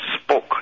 spoke